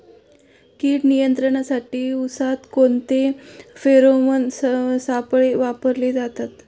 कीड नियंत्रणासाठी उसात कोणते फेरोमोन सापळे वापरले जातात?